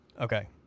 Okay